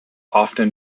often